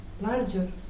larger